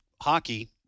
hockey